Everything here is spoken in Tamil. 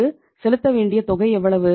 இங்கு செலுத்த வேண்டிய தொகை எவ்வளவு